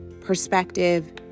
perspective